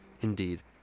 Indeed